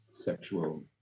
sexual